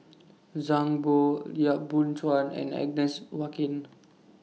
Zhang Bohe Yap Boon Chuan and Agnes Joaquim